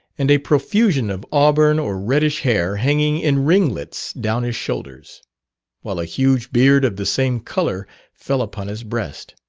and a profusion of auburn or reddish hair hanging in ringlets down his shoulders while a huge beard of the same colour fell upon his breast.